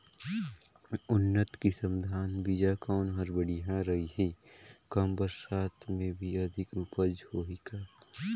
उन्नत किसम धान बीजा कौन हर बढ़िया रही? कम बरसात मे भी अधिक उपज होही का?